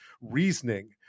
reasoning